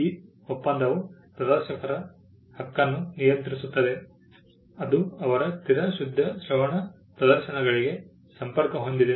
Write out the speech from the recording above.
ಈ ಒಪ್ಪಂದವು ಪ್ರದರ್ಶಕರ ಹಕ್ಕನ್ನು ನಿಯಂತ್ರಿಸುತ್ತದೆ ಅದು ಅವರ ಸ್ಥಿರ ಶುದ್ಧ ಶ್ರವಣ ಪ್ರದರ್ಶನಗಳಿಗೆ ಸಂಪರ್ಕ ಹೊಂದಿದೆ